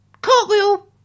Cartwheel